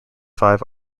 five